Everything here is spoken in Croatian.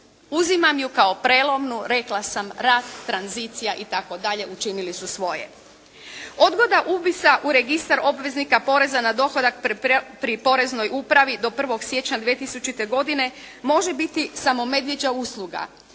Uzimam ju kao prijelomnu, rekla sam rat, tranzicija i tako dalje učinili su svoje. Odgoda upisa u registar obveznika poreza na dohodak pri poreznoj upravi do 1. siječnja 2000. godine može biti samo medvjeđa usluga.